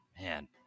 Man